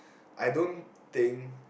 I don't think